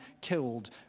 killed